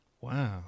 Wow